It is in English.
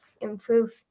improve